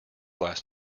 last